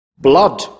blood